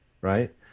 right